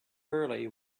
early